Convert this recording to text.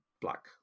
black